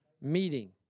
Meeting